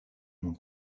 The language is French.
nom